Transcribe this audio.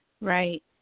Right